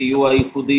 סיוע ייחודי,